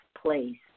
place